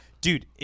Dude